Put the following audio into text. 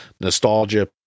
Nostalgia